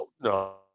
no